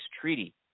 Treaty